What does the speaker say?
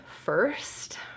first